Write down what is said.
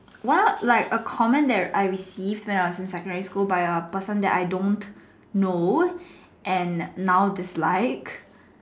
one of like a comment that I received when I was in secondary school by a person that I don't know and now dislike